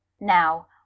now